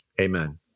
amen